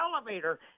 elevator